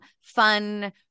fun